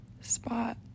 spot